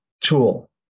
tool